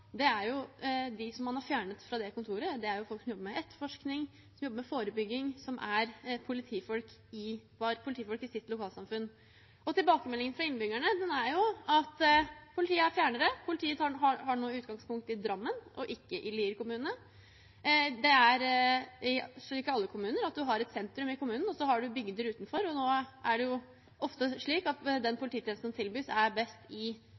De som man har fjernet fra det kontoret, er folk som jobber med etterforskning, som jobber med forebygging, som var politifolk i sitt lokalsamfunn. Tilbakemeldingen fra innbyggerne er jo at politiet er fjernere. Politiet har nå utgangspunkt i Drammen og ikke i Lier kommune. Det er ikke i alle kommuner at en har et sentrum i kommunen, og så har en bygder utenfor. Nå er det ofte slik at den polititjenesten som tilbys, er best i